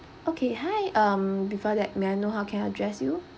okay hi um before that may I know can I address you